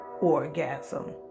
orgasm